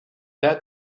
that